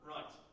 Right